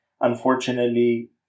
Unfortunately